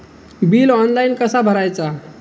Bill online कसा भरायचा?